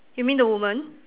you mean the women